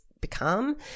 become